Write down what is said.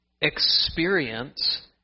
experience